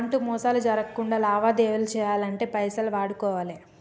ఎలాంటి మోసాలు జరక్కుండా లావాదేవీలను చెయ్యాలంటే పేపాల్ వాడుకోవాలే